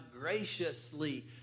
graciously